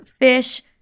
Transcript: fish